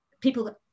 People